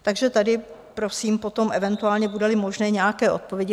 Takže tady prosím potom eventuálně, budeli možné, nějaké odpovědi.